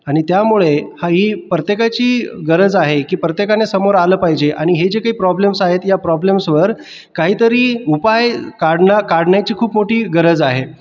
आणि त्यामुळे हाही प्रत्येकाची गरज आहे की प्रत्येकानं समोर आलं पाहिजे आणि हे जे काही प्रॉब्लम्स आहेत या प्रॉब्लम्सवर काहीतरी उपाय काढणं काढण्याची खूप मोठी गरज आहे